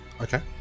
Okay